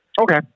Okay